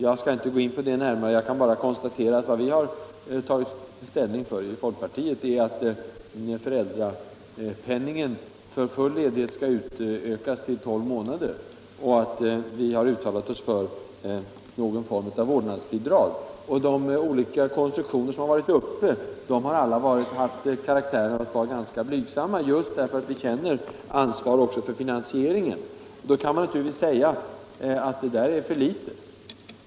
Jag skall inte gå in på det närmare, jag kan bara konstatera att vad vi har tagit ställning för i folkpartiet är att föräldrapenningen för full ledighet skall ökas till att omfatta tolv månader, och att vi har uttalat oss för någon form av vårdnadsbidrag. De olika konstruktioner som varit uppe till diskussion har alla varit av ganska blygsam storlek, just därför att vi känner ansvar också för finansieringen. Då kan man naturligtvis säga: Det där är för litet.